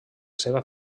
seva